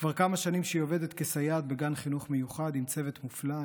כבר כמה שנים שהיא עובדת כסייעת בגן לחינוך מיוחד עם צוות מופלא,